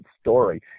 story